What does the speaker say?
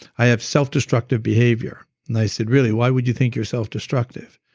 i have self-destructive behavior. and i said, really? why would you think you're selfdestructive?